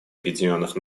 объединенных